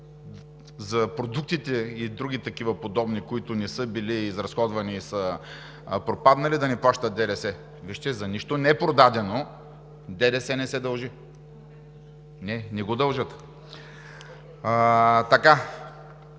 за продуктите и други такива подобни, които не са били изразходвани и пропаднали да не плащат ДДС. Вижте, за нищо непродадено ДДС не се дължи. (Реплики